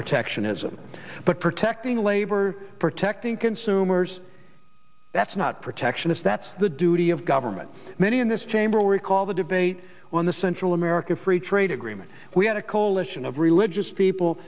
protectionism but protecting labor protecting consumers that's not protection if that's the duty of government many in this chamber will recall the debate on the central america free trade agreement we had a coalition of religious people